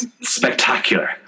spectacular